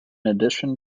addition